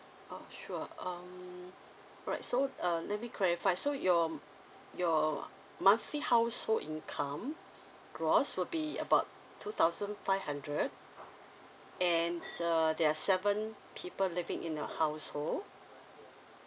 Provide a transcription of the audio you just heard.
oh sure um right so uh let me clarify so your your monthly household income gross would be about two thousand five hundred and uh there are seven people living in the household